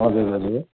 हजुर हजुर